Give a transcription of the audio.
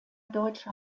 deutscher